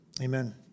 amen